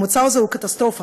המוצא הזה הוא קטסטרופה.